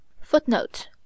footnote